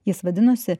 jis vadinosi